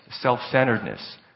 self-centeredness